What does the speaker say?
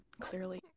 clearly